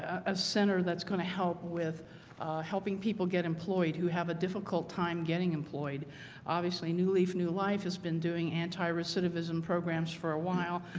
a center that's going to help with helping people get employed who have a difficult time getting employed obviously new leaf new life has been doing anti-recidivism programs for a while,